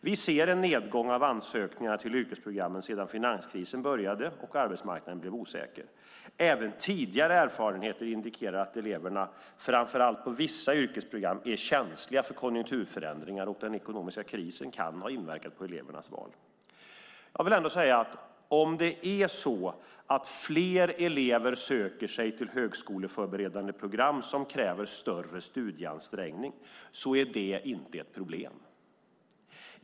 Vi ser en nedgång av ansökningarna till yrkesprogrammen sedan finanskrisen började och arbetsmarknaden blev osäker. Även tidigare erfarenheter indikerar att eleverna, framför allt på vissa yrkesprogram, är känsliga för konjunkturförändringar. Den ekonomiska krisen kan därför ha inverkat på elevernas val. Jag vill ändå säga att om det är så att fler elever söker sig till högskoleförberedande program som kräver större studieansträngning är det inte ett problem.